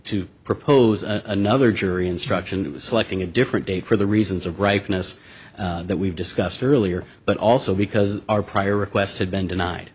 to propose a nother jury instruction selecting a different date for the reasons of ripeness that we've discussed earlier but also because our prior request had been denied